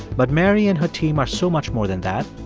but mary and her team are so much more than that.